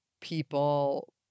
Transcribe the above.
people